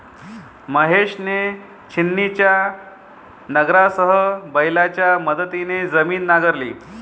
महेशने छिन्नीच्या नांगरासह बैलांच्या मदतीने जमीन नांगरली